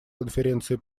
конференции